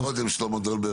מה שאמר קודם שלמה דולברג,